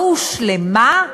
לא הושלמה?